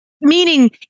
Meaning